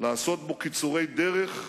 לעשות בו קיצורי דרך,